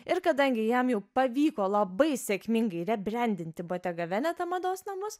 ir kadangi jam jau pavyko labai sėkmingai rebrendinti bottega veneta mados namus